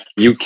uk